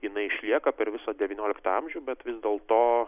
jinai išlieka per visą devynioliktą amžių bet vis dėlto